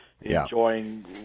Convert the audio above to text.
enjoying